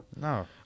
No